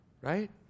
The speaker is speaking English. Right